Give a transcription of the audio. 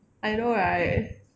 I know right